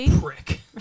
prick